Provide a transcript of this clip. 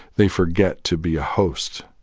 they forget to be a host